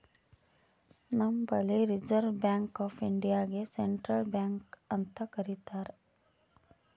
ನಂಬಲ್ಲಿ reserve bank of ಇಂಡಿಯಾಗೆ central bank ಅಂತ್ ಕರಿತಾರ್